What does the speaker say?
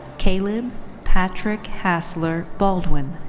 caleb patrick-hasler baldwin.